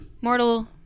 Mortal